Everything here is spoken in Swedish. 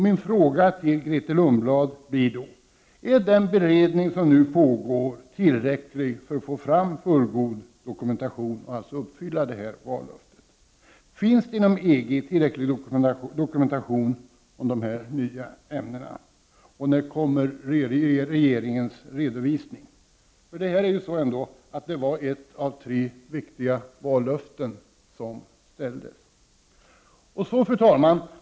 Mina frågor till Grethe Lundblad blir då: Är den beredning som pågår tillräcklig för att få fram fullgod dokumentation och uppfylla det här vallöftet? Finns det inom EG tillräcklig dokumentation om de här nya ämnena? När kommer regeringens redovisning? Det här var ju ändå ett av tre viktiga vallöften som uppställdes. Fru talman!